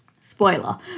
spoiler